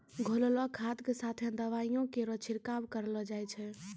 घोललो खाद क साथें दवाइयो केरो छिड़काव करलो जाय छै?